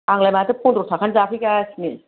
आंलाय माथो पनद्रथाखानि जाफैगासिनो